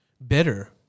better